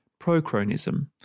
prochronism